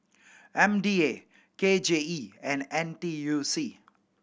M D A K J E and N T U C